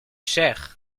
cher